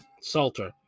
Salter